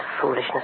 foolishness